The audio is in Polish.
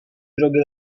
drogę